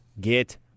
Get